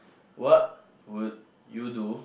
what would you do